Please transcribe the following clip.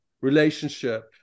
relationship